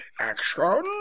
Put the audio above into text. Action